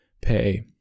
pay